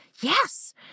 yes